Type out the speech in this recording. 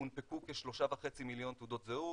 הונפקו כ-3.5 מיליון תעודות זהות,